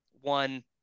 One